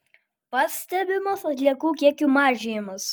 pastebimas atliekų kiekių mažėjimas